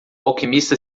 alquimista